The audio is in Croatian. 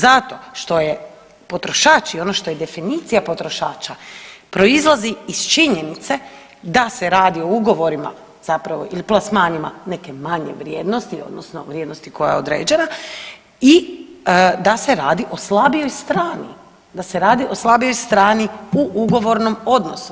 Zato što je potrošač i ono što je definicija potrošača proizlazi iz činjenice da se radi o ugovorima zapravo ili plasmanima neke manje vrijednosti odnosno vrijednosti koja je određena i da se radi o slabijoj strani, da se radi o slabijoj strani u ugovornom odnosu.